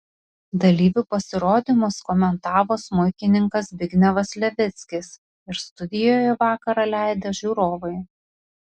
dalyvių pasirodymus komentavo smuikininkas zbignevas levickis ir studijoje vakarą leidę žiūrovai